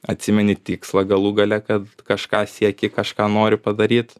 atsimeni tikslą galų gale kad kažką sieki kažką nori padaryt